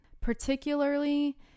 Particularly